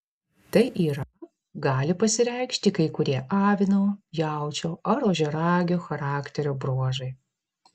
tai yra gali pasireikšti kai kurie avino jaučio ar ožiaragio charakterio bruožai